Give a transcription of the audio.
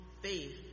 faith